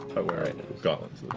i wear and gauntlets